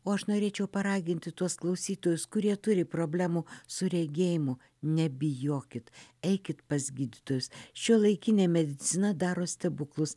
o aš norėčiau paraginti tuos klausytojus kurie turi problemų su regėjimu nebijokit eikit pas gydytojus šiuolaikinė medicina daro stebuklus